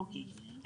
אוקיי.